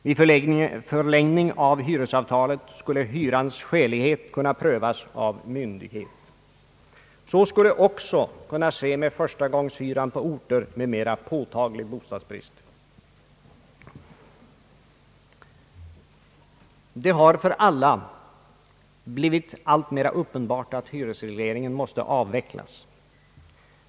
Vid förlängning av hyresavtalet skulle hyrans skälighet kunna prövas av myndighet. Så skulle också kunna ske med förstagångshyran på orter med mera påtaglig hyresbrist. Det har för alla blivit alltmera uppenbart att hyresregleringen måste av vecklas.